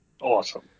Awesome